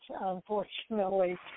unfortunately